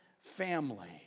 family